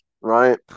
right